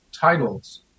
titles